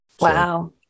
Wow